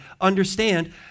Understand